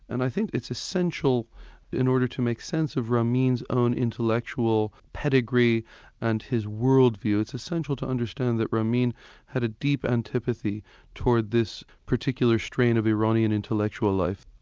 and i think it's essential in order to make sense of ramin's own intellectual pedigree and his world view, it's essential to understand that ramin had a deep antipathy towards this particular strain of iranian intellectual life.